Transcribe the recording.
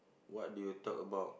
what do you talk about